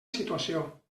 situació